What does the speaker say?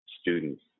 students